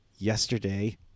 yesterday